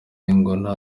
ngo